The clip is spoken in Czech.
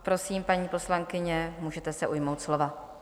Prosím, paní poslankyně, můžete se ujmout slova.